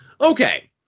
okay